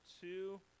two